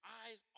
eyes